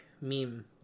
meme